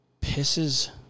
Pisses